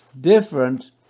different